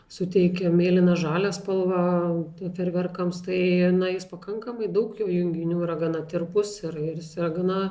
suteikia mėlyną žalią spalvą tie ferverkams tai na is pakankamai daug jų junginių yra gana tirpūs ir ir jis yra gana